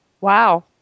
wow